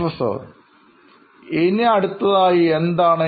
professor ഇനി അടുത്തതായി എന്താണ്